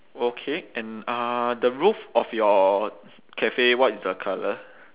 okay and uh the roof of your cafe what is the colour